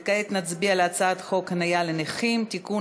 נצביע על הצעת חוק חניה לנכים (תיקון,